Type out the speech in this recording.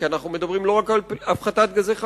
כי אנחנו מדברים לא רק על הפחתת גזי חממה,